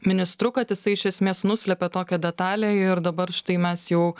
ministru kad jisai iš esmės nuslėpė tokią detalę ir dabar štai mes jau